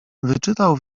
wyczytał